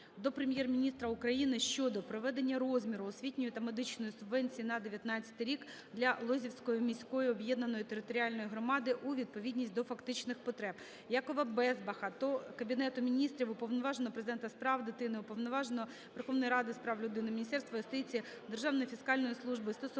до Прем'єр-міністра щодо приведення розміру освітньої та медичної субвенції на 19-й рік для Лозівської міської об'єднаної територіальної громади у відповідність до фактичних потреб. Якова Безбаха до Кабінету Міністрів, Уповноваженого Президента з прав дитини, Уповноваженого Верховної Ради з прав людини, Міністерства юстиції, Державної фіскальної служби